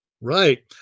Right